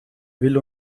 will